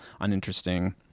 uninteresting